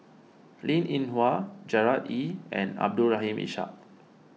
Linn in Hua Gerard Ee and Abdul Rahim Ishak